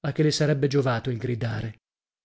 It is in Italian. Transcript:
a che le sarebbe giovato il gridare